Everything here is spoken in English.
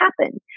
happen